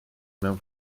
mewn